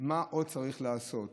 מה עוד צריך לעשות?